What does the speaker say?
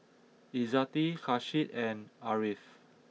Izzati Kasih and Ariff